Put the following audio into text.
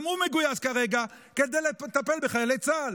הוא מגויס כרגע כדי לטפל בחיילי צה"ל.